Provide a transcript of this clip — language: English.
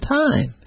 time